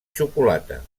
xocolata